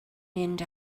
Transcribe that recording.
mynd